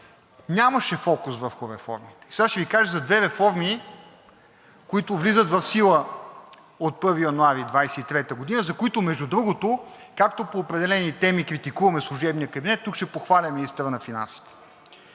нямаше фокус върху реформите. Сега ще Ви кажа за две реформи, които влизат в сила от 1 януари 2023 г., за които, между другото, както по определени теми критикуваме служебния кабинет, тук ще похваля министъра на финансите.